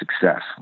success